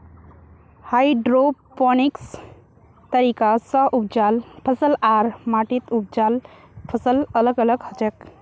hydroponics तरीका स उपजाल फसल आर माटीत उपजाल फसल अलग अलग हछेक